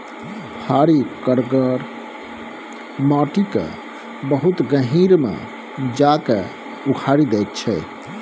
फारी करगर माटि केँ बहुत गहींर मे जा कए उखारि दैत छै